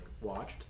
watched